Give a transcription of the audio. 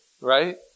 right